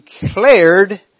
declared